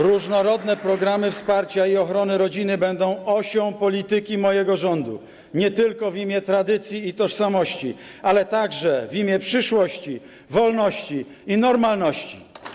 Różnorodne programy wsparcia i ochrony rodziny będą osią polityki mojego rządu, nie tylko w imię tradycji i tożsamości, ale także w imię przyszłości, wolności i normalności.